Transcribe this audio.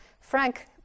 Frank